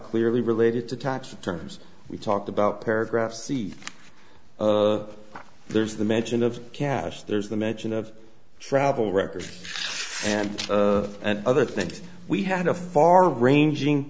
clearly related to tax returns we talked about paragraph seed there's the mention of cash there's the mention of travel records and and other things we had a far ranging